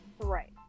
Right